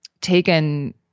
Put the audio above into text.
taken